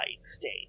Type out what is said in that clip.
state